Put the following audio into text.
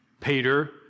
Peter